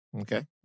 Okay